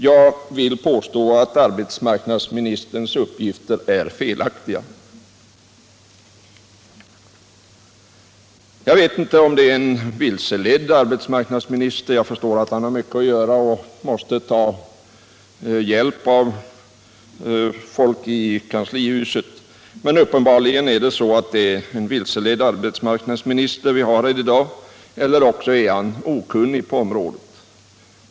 Jag vill påstå att arbetsmarknadsministerns uppgifter är felaktiga. Jag förstår att arbetsmarknadsministern har mycket att göra och måste ta hjälp av folk i kanslihuset, men uppenbarligen är det en vilseförd arbetsmarknadsminister vi har här i dag, eller också är han okunnig på området.